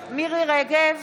רגב,